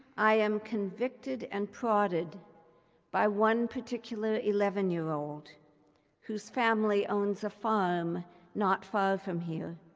i am convicted and prodded by one particular eleven year old whose family owns a farm not far from here.